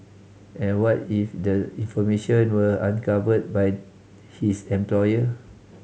and what if the information were uncovered by his employer